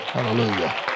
Hallelujah